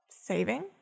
Saving